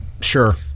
sure